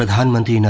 hundred and you know